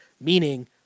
meaning